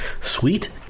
sweet